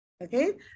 okay